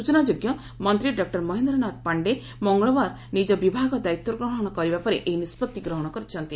ସ୍ୱଚନାଯୋଗ୍ୟ ମନ୍ତ୍ରୀ ଡ ମହେନ୍ଦ୍ର ନାଥ ପାଣ୍ଡେ ମଙ୍ଗଳବାର ନିଜ ବିଭାଗ ଦାୟିତ୍ୱ ଗ୍ରହଣ କରିବା ପରେ ଏହି ନିଷ୍ପଭି ଗ୍ରହଣ କରିଛନ୍ତି